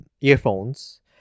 earphones